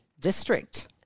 District